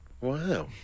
Wow